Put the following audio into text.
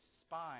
spine